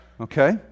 Okay